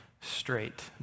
straight